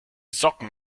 socken